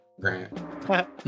Grant